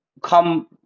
Come